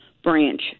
branch